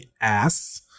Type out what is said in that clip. ass